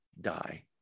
die